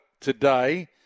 today